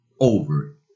over